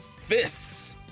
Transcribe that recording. fists